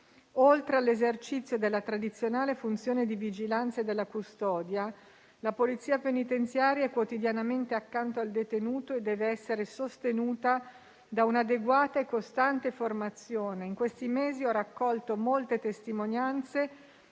Oltre all'esercizio della tradizionale funzione di vigilanza e di custodia, la polizia penitenziaria è quotidianamente accanto al detenuto e deve essere sostenuta da un'adeguata e costante formazione. In questi mesi ho raccolto molte testimonianze